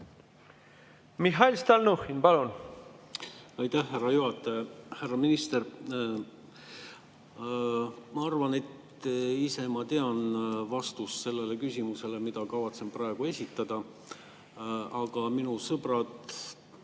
Mihhail Stalnuhhin, palun!